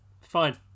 fine